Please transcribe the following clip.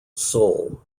seoul